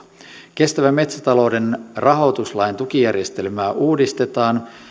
kestävän metsätalouden rahoituslain tukijärjestelmää uudistetaan